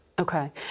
Okay